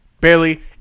Barely